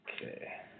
Okay